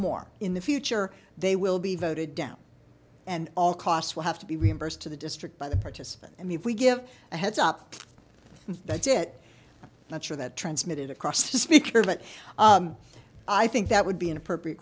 more in the future they will be voted down and all costs will have to be reimbursed to the district by the participant and if we give a heads up that it not sure that transmitted across the speaker but i think that would be an appropriate